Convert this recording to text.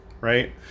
Right